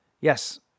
Yes